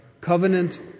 covenant